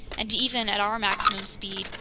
and even at our maximum speed,